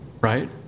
Right